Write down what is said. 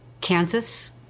Kansas